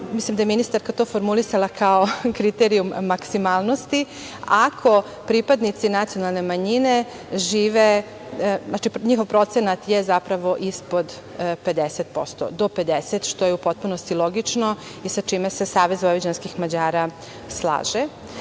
mislim da je ministarka to formulisala kao kriterijum maksimalnosti - ako pripadnici nacionalne manjine žive, njihov procenat je zapravo ispod 50%, do 50%, što je u potpunosti logično i sa čime se Savez vojvođanskih Mađara